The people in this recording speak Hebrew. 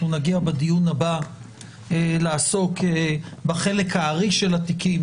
אנחנו נגיע בדיון הבא לעסוק בחלק הארי של התיקים,